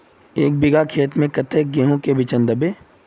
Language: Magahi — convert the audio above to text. एक बिगहा खेत में कते गेहूम के बिचन दबे?